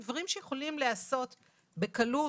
דברים שיכולים להיעשות בקלות,